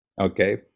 okay